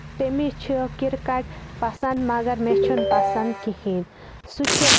تٔمِس چھِ کِرکٹ پَسند مَگر مےٚ چھُنہٕ پَسند کِہیٖنۍ سُہ چھُ